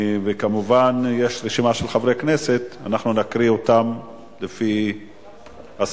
וכמובן יש רשימה של חברי כנסת ואנחנו נקריא לפי הסדר.